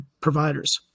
providers